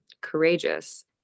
courageous